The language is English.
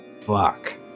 Fuck